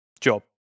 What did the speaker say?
job